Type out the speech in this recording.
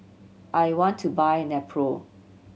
I want to buy Nepro